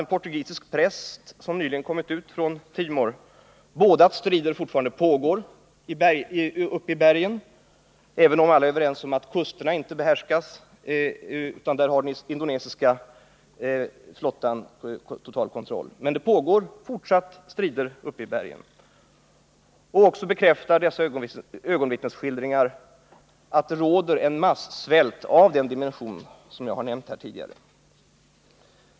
En portugisisk präst som nyligen kommit ut från Timor bekräftar att strider fortfarande pågår i bergen, även om alla nu tycks vara överens om att kusterna inte längre behärskas utan kontrolleras av Indonesien. Dessa ögonvittnesskildringar bekräftar också att det förekommer massvält av den dimension som jag här tidigare nämnt.